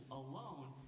alone